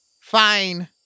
Fine